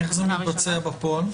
איך זה מתבצע בפועל?